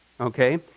okay